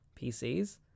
PCs